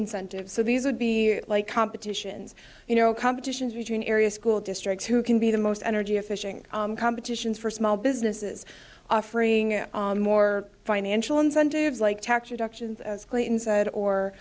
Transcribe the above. incentives so these are be like competitions you know competitions between area school districts who can be the most energy efficient competitions for small businesses offering more financial incentives like tax deductions as clinton said or